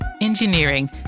engineering